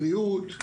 בריאות,